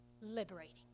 liberating